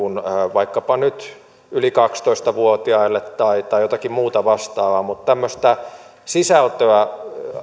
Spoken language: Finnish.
vaikkapa nyt yli kaksitoista vuotiaille tai tai jotakin muuta vastaavaa tämmöistä sisältöä